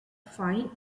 fine